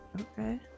Okay